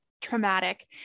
traumatic